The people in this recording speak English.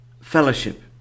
fellowship